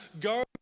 go